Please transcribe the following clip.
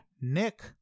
Nick